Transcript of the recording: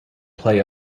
play